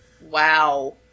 Wow